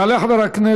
יעלה חבר הכנסת